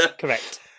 Correct